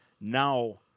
Now